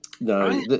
No